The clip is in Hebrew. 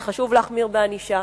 זה חשוב להחמיר בענישה,